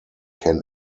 can